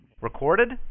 Recorded